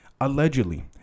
allegedly